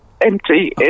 empty